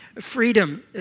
Freedom